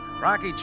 Rocky